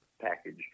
package